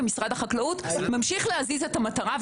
מסכימים ומשרד החקלאות ממשיך להזיז את המטרה,